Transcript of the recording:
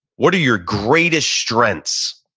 what are your greatest strengths?